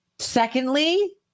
Secondly